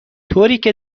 طوریکه